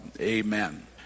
Amen